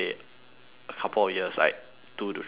a couple of years like two to three years